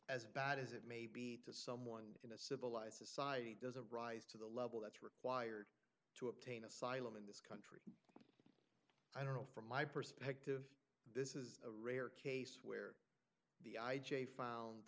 as bad as it may be to someone in a civilized society doesn't rise to the level that's required to obtain asylum in this case i don't know from my perspective this is a rare case where the i j a found